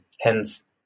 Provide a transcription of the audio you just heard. hence